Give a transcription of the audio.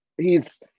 hes